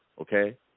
okay